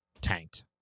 tanked